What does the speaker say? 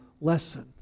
lesson